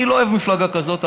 אני לא אוהב מפלגה כזאת.